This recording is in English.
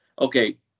Okay